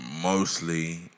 mostly